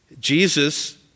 Jesus